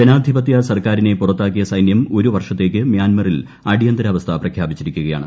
ജനാധിപത്യ സർക്കാരിനെ പുറത്താക്കിയ സൈന്യം ഒരു വർഷത്തേക്ക് മ്യാൻമറിൽ അടിയന്തരാവസ്ഥ പ്രഖ്യാപിച്ചിരിക്കുകയാണ്